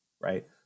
right